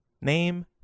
name